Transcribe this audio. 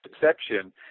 deception